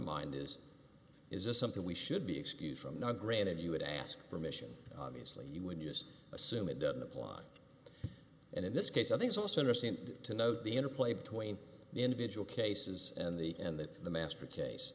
mind is is this something we should be excused from now granted you would ask permission obviously you would just assume it doesn't apply and in this case i think is also interesting to note the interplay between the individual cases and the and that the master case